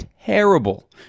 terrible